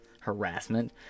Harassment